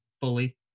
fully